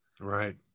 Right